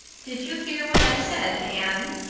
did you hear what i said, anne?